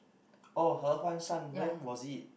oh He-Huan-Shan where was it